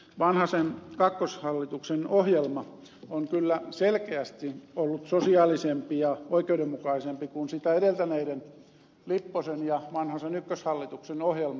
vanhasen kakkoshallituksen ohjelma on kyllä selkeästi ollut sosiaalisempi ja oikeudenmukaisempi kuin sitä edeltäneiden lipposen ja vanhasen ykköshallituksen ohjelmat